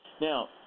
Now